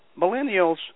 millennials